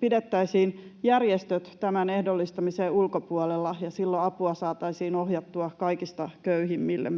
pidettäisiin järjestöt tämän ehdollistamisen ulkopuolella. Silloin apua saataisiin ohjattua myös kaikista köyhimmille.